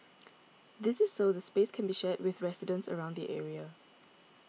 this is so the space can be shared with residents around the area